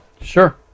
Sure